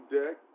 deck